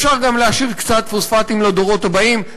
אפשר גם להשאיר קצת פוספטים לדורות הבאים,